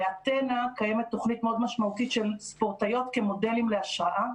ב"אתנה" קיימת תוכנית מאוד משמעותית של ספורטאיות כמודלים להשראה.